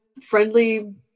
friendly